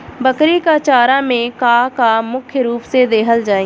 बकरी क चारा में का का मुख्य रूप से देहल जाई?